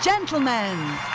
Gentlemen